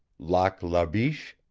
lac la biche,